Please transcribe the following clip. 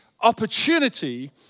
opportunity